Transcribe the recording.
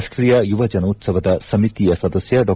ರಾಷ್ಟೀಯ ಯುವಜನೋತ್ಲವದ ಸಮಿತಿಯ ಸದಸ್ಯ ಡಾ